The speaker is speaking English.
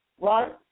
Right